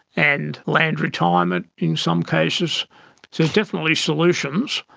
and land retirement in some cases. so there's definitely solutions.